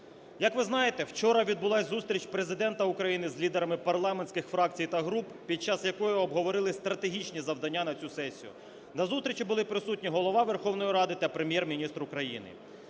Як ви знаєте, вчора відбулась зустріч Президента України з лідерами парламентських фракцій та груп, під час якої обговорили стратегічні завдання на цю сесію. На зустрічі були присутні Голова Верховної Ради та Прем'єр-міністр України.